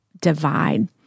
divide